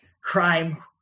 crime